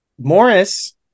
Morris